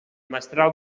mestral